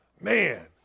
Man